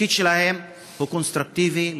התפקיד שלהם הוא קונסטרוקטיבי,